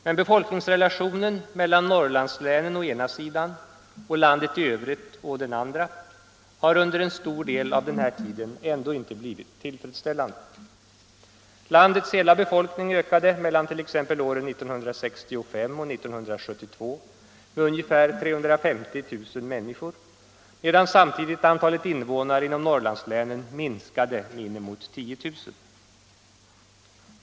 Men befolkningsrelationen mellan Norrlandslänen å ena sidan och landet i övrigt å den andra har under en stor del av den här tiden ändå inte blivit tillfredsställande. Landets hela befolkning ökade mellan t.ex. åren 1965 och 1972 med ungefär 350 000 människor, medan samtidigt antalet invånare inom Norrlandslänen minskade med inemot 10 000.